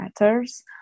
matters